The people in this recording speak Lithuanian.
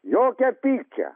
jokia pykčia